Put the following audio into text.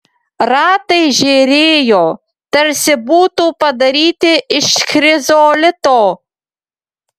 ratai žėrėjo tarsi būtų padaryti iš chrizolito